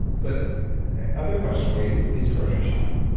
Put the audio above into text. but other question for you, is grocery shopping.